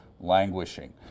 languishing